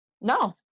No